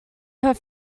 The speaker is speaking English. her